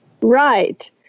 Right